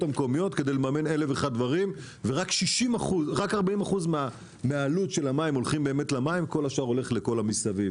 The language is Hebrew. כל השאר הולך לכל מה שמסביב